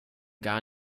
gar